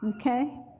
Okay